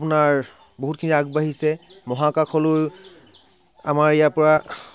অপোনাৰ বহুতখিনি আগবঢ়িছে মহাকাশলৈ আমাৰ ইয়াৰপৰা